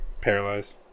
Paralyzed